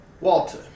walter